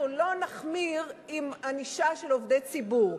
אנחנו לא נחמיר עם ענישה של עובדי ציבור.